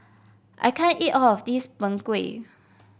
I can't eat all of this Png Kueh